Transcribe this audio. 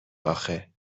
آخه